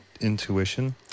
intuition